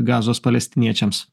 gazos palestiniečiams